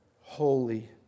Holy